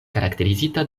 karakterizita